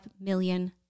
million